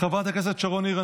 חברת הכנסת שרון ניר,